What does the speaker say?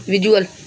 visual